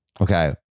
Okay